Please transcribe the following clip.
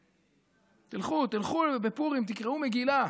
תלכו, תלכו בפורים ותקראו מגילה.